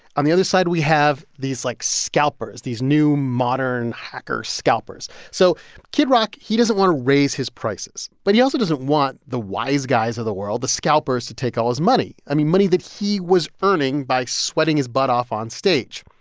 on the other side, we have these, like, scalpers, these new, modern hacker scalpers. so kid rock, he doesn't want to raise his prices. but he also doesn't want the wiseguys of the world, the scalpers, to take all his money i mean, money that he was earning by sweating his butt off on stage.